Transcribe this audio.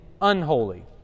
unholy